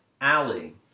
Alley